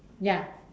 ya